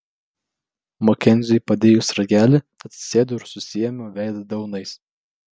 makenziui padėjus ragelį atsisėdau ir susiėmiau veidą delnais